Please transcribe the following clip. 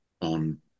on